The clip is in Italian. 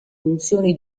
funzioni